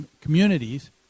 communities